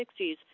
60s